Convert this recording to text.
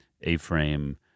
A-frame